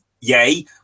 yay